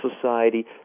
society